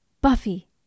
Buffy